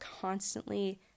constantly